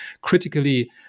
critically